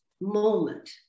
moment